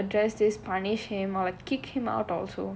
ya I feel like kamal should address this punish him or like kick him out also